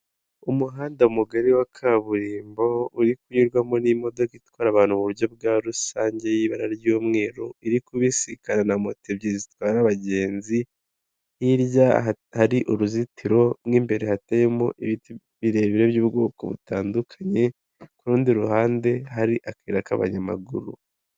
Umuhanda mugari wa kaburimbo uri kunyurwamo n'imodoka itwara abantu mu buryo bwa rusange y'ibara ry'umweru, iri kubisikana na moto ebyiri zitwara abagenzi, hirya hari uruzitiro mo imbere hateyemo ibiti birebire by'ubwoko butandukanye, ku rundi ruhande hari akayira k'abanyamaguru.